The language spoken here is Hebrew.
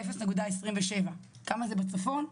0.27, כמה בצפון?